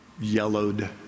yellowed